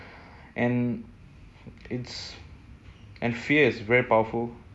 and fear is very powerful